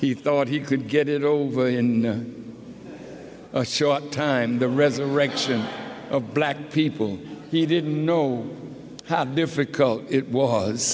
he thought he could get it over in time the resurrection of black people he didn't know how difficult it was